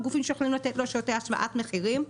גופים שיכולים לתת לו שירותי השוואת מחירים,